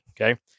Okay